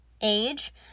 age